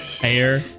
hair